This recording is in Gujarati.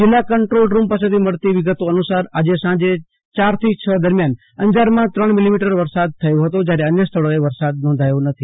જિલ્લા કંન્દ્રોલ રૂમ પાસેથી મળતી વિગતો અનુસાર આજે સાંજે અંજારમાં ત્રણ મિલીમીટર વરસાદ થયો હતો જયારે અન્ય સ્થળોએ વરસાદ નોંધાયો નથી